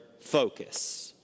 focus